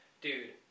dude